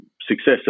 success